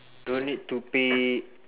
don't need to pay